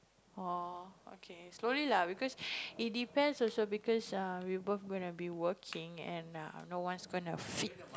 oh okay slowly lah because it depends also because we both gonna be working and no one's gonna feed